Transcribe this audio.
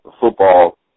football